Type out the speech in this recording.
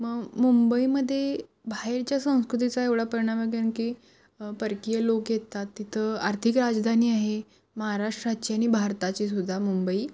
मग मुंबईमध्ये बाहेरच्या संस्कृतीचा एवढा परिणाम कारण की परकीय लोक येतात तिथं आर्थिक राजधानी आहे महाराष्ट्राची आणि भारताचीसुद्धा मुंबई